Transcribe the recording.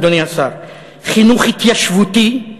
אדוני השר: חינוך התיישבותי,